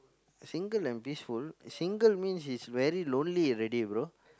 single and peaceful single means it's very lonely already bro